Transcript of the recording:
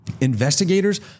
Investigators